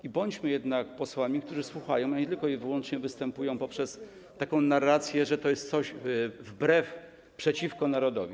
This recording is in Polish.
I bądźmy jednak posłami, którzy słuchają, a nie tylko i wyłącznie występują z taką narracją, że to jest coś wbrew, przeciwko narodowi.